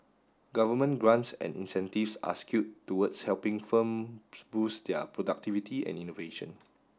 government grants and incentives are skewed towards helping firm boost their productivity and innovation